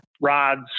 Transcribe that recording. rods